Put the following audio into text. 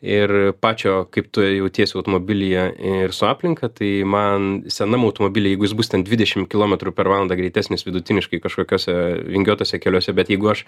ir pačio kaip tu jautiesi automobilyje ir su aplinka tai man senam automobily jeigu jis bus ten dvidešimt kilometrų per valandą greitesnis vidutiniškai kažkokiose vingiuotuose keliuose bet jeigu aš